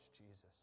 Jesus